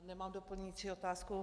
Nemám doplňující otázku.